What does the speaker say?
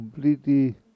completely